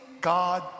God